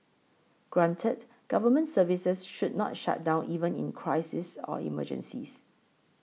granted government services should not shut down even in crises or emergencies